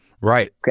Right